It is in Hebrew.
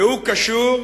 והוא קשור,